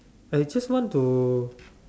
I just want to